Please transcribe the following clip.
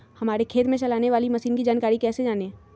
हमारे खेत में चलाने वाली मशीन की जानकारी कैसे जाने?